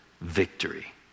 victory